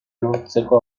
lortzeko